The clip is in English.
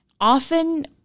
often